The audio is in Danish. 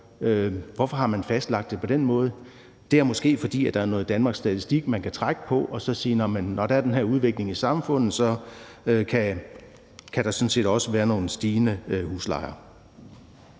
Hvorfor har man fastlagt det på den måde? Det er måske, fordi der er noget fra Danmarks Statistik, man kan trække på, og så kan man sige, at når der er den her udvikling i samfundet, kan der sådan set også være nogle stigende huslejer.